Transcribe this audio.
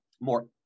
more